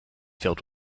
filled